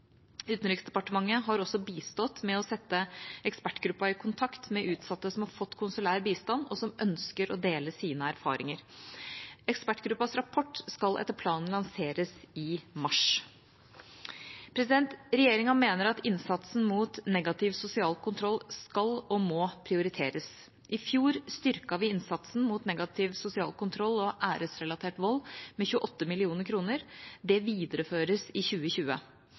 Utenriksdepartementet har også bistått med å sette ekspertgruppa i kontakt med utsatte som har fått konsulær bistand, og som ønsker å dele sine erfaringer. Ekspertgruppas rapport skal etter planen lanseres i mars. Regjeringa mener at innsatsen mot negativ sosial kontroll skal og må prioriteres. I fjor styrket vi innsatsen mot negativ sosial kontroll og æresrelatert vold med 28 mill. kr. Det videreføres i 2020.